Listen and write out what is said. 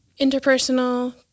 interpersonal